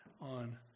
on